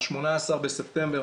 ה-18 בספטמבר,